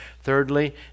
Thirdly